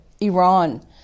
Iran